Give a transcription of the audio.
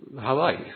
Hawaii